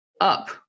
up